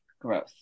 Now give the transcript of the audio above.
growth